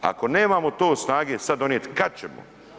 Ako nemamo to snage sada donijet, kad ćemo?